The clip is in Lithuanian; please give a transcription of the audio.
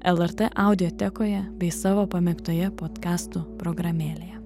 lrt audiotekoje bei savo pamėgtoje podkastų programėlėje